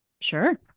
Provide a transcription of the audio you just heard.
Sure